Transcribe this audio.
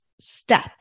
step